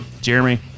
Jeremy